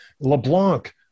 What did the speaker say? LeBlanc